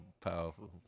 Powerful